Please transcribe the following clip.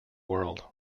world